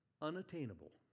unattainable